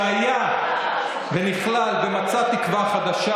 שהיה ונכלל במצע תקווה חדשה.